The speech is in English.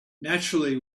naturally